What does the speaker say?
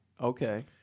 Okay